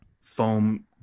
foam